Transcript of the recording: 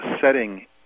setting